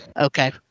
okay